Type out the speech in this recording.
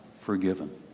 forgiven